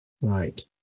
Right